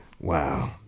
Wow